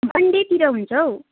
मन्डेतिर हुन्छ हो